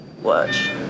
Watch